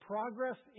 Progress